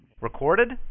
Recorded